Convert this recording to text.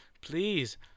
Please